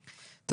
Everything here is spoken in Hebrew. חמור.